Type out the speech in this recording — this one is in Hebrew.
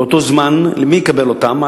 ובאותו זמן מי יקבל אותם?